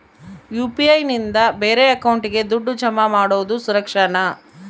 UPI ನಿಂದ ಬೇರೆ ಅಕೌಂಟಿಗೆ ದುಡ್ಡು ಜಮಾ ಮಾಡೋದು ಸುರಕ್ಷಾನಾ?